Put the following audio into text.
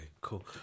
cool